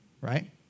right